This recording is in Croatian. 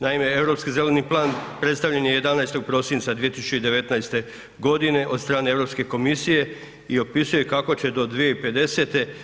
Naime, Europski zeleni plan predstavljen je 11. prosinca 2019. godine od strane Europske komisije i opisuje kako će do 2050.